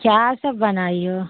کیا سب بنائی ہو